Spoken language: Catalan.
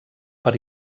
per